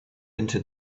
into